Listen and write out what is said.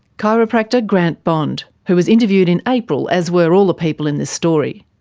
chiropractor grant bond, who was interviewed in april, as were all the people in this story.